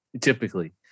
Typically